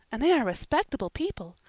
and they are respectable people.